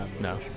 no